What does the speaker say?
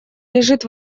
лежит